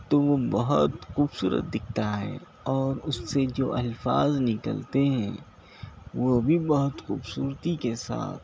تو وہ بہت خوبصورت دکھتا ہے اور اس سے جو الفاظ نکلتے ہیں وہ بھی بہت خوبصورتی کے ساتھ